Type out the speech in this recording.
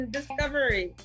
Discovery